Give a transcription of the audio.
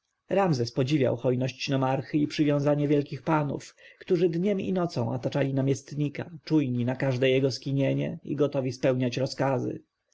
ramzes podziwiał hojność nomarchy i przywiązanie wielkich panów którzy dniem i nocą otaczali namiestnika czujni na każde jego skinienie i gotowi spełniać rozkazy